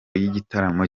y’igitaramo